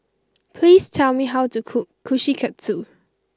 please tell me how to cook Kushikatsu